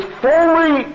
fully